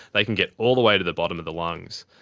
they can get all the way to the bottom of the lungs.